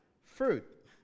fruit